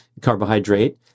carbohydrate